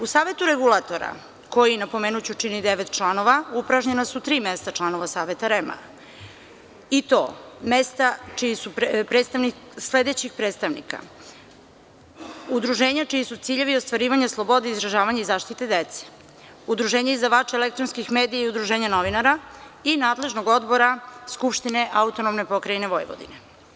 U Savetu regulatora koji, napomenuću, čini devet članova, upražnjena su tri mesta članova Saveta REM, i to mesta sledećih predstavnika: udruženja čiji su ciljevi ostvarivanje slobode izražavanja i zaštite dece, udruženja izdavača elektronskih medija i udruženja novinara i nadležnog odbora Skupštine AP Vojvodine.